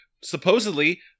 supposedly